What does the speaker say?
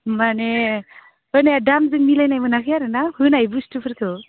माने होनाया दामजों मिलायनाय मोनाखै आरो ना होनाय बुस्थुफोरखौ